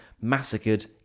massacred